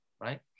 right